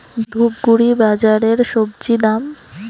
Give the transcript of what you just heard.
ধূপগুড়ি বাজারের স্বজি দাম?